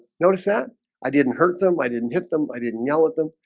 notice that i didn't hurt them i didn't hit them. i didn't yell at them.